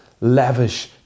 lavish